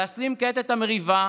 להסלים כעת את המריבה